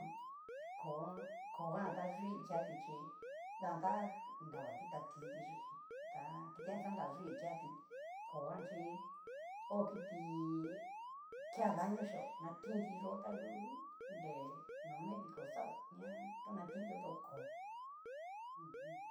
Ko'o koo jan ta yui keati chí dagatan nravati ta tinti yú, ta kitijan xanra yui keati, koo jan chí o kiti kea daño xhio na tinti yó tagu nre no medico xao ña tónantinti yó tu koo ujun.